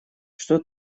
что